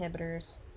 inhibitors